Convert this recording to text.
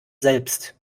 selbst